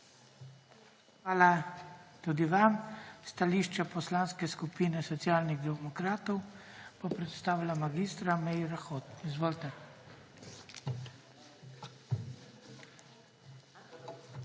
Hvala tudi vam. Stališče Poslanske skupine Socialnih demokratov bo predstavila mag. Meira Hot. Izvolite.